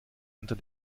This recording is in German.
unter